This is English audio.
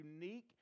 unique